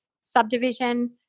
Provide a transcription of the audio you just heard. subdivision